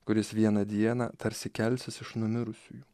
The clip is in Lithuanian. kuris vieną dieną tarsi kelsis iš numirusiųjų